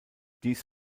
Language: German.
dies